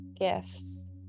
gifts